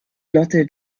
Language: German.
lotte